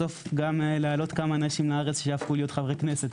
בסוף גם להעלות כמה אנשים לארץ שיהפכו להיות אפילו חברי כנסת.